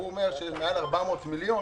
הוא אומר שמעל 400 מיליון